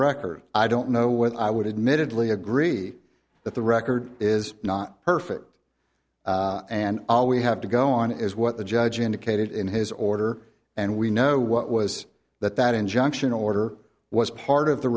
record i don't know what i would admitted leigh agree that the record is not perfect and all we have to go on is what the judge indicated in his order and we know what was that that injunction order was part of the